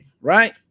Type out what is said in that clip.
Right